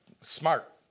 smart